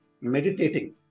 meditating